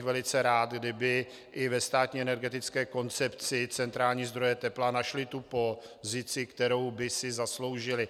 Byl bych ale velice rád, kdyby i ve státní energetické koncepci centrální zdroje tepla našly tu pozici, kterou by si zasloužily.